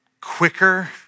quicker